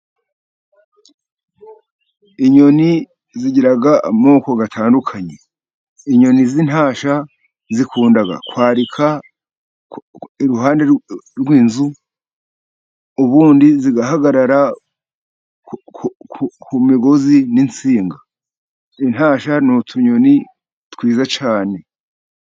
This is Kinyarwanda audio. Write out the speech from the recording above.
Inyoni zigira amoko atandukanye. Inyoni z'intashya zikunda kwarika iruhande rw'inzu. Ubundi zigahagarara ku migozi n'insinga. Intashya ni utunyoni twiza cyane.